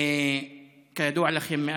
כידוע לכם,